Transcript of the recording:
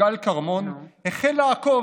יגאל כרמון, החל לעקוב